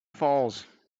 falls